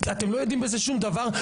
אתם לא יודעים בזה שום דבר.